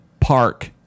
park